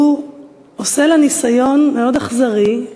שהוא עושה לה ניסיון מאוד אכזרי,